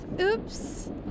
Oops